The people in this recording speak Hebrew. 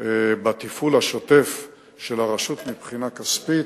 התפעול השוטף של הרשות מבחינה כספית,